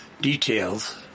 details